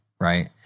Right